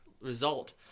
result